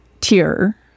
tier